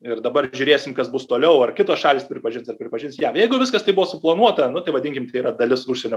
ir dabar žiūrėsim kas bus toliau ar kitos šalys pripažins ar pripažins jav jeigu viskas taip buvo suplanuota nu tai vadinkim tai yra dalis užsienio